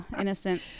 innocent